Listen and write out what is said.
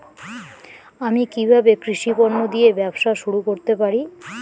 আমি কিভাবে কৃষি পণ্য দিয়ে ব্যবসা শুরু করতে পারি?